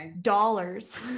dollars